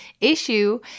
issue